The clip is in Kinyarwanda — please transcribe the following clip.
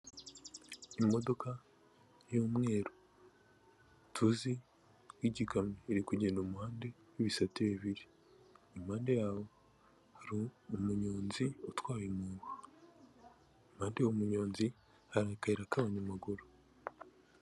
Imodoka y'umweru, tuzi nk'igikamyo. Iri kugenda mu muhanda w'ibisate bibiri. Impande yaho hari umunyonzi utwaye umuntu. Impande y'uwo munyonzi, hari akayira k'abanyamaguru.